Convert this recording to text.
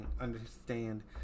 understand